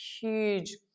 huge